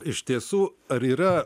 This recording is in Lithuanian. iš tiesų ar yra